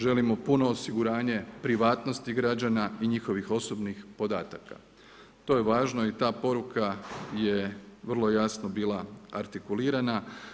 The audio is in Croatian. Želimo puno osiguranje privatnosti građana i njihovih osobnih podataka, to je važno i ta je poruka je bila vrlo jasno artikulirana.